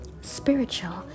spiritual